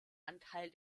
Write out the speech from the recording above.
anteil